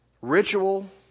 Ritual